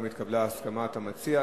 גם התקבלה הסכמת המציע.